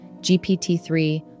GPT-3